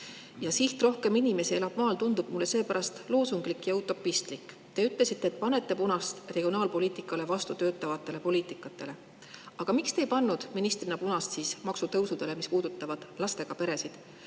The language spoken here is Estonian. Ja siht "rohkem inimesi elab maal" tundub mulle seepärast loosunglik ja utopistlik. Te ütlesite, et panete punast regionaalpoliitikale vastu töötavale poliitikale. Aga miks te ei pannud ministrina punast maksutõusudele, mis puudutavad lastega peresid?